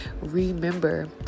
Remember